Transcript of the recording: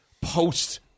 post